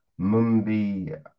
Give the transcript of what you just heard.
mumbi